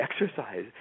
exercise